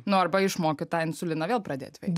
nu arba išmokyt tą insuliną vėl pradėt veikt